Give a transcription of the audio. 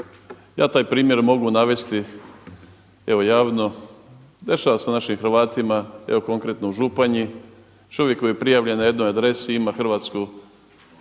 ja taj primjer mogu navesti evo javno, dešava se našim Hrvatima evo konkretno u Županji, čovjek koji je prijavljen na jednoj adresi ima hrvatsku